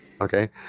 Okay